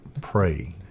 pray